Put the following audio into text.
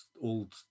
old